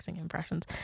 impressions